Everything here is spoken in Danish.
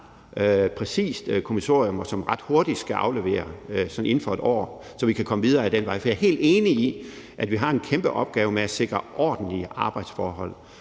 præcist kommissorium, og som ret hurtigt, sådan inden for et år, skal aflevere, så vi kan komme videre ad den vej. For jeg er helt enig i, at vi har en kæmpe opgave med at sikre ordentlige arbejdsforhold,